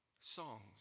Songs